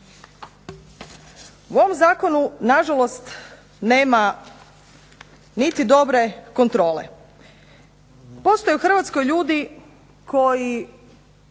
U ovom zakonu na žalost nema niti dobre kontrole. Postoje u Hrvatskoj ljudi koji